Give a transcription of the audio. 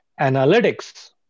Analytics